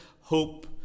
hope